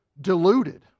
deluded